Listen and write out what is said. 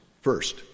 First